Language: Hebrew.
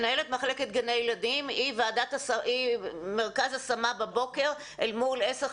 מנהלת מחלקת גני ילדים היא מרכז השמה בבוקר אל מול עשר,